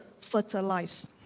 fertilize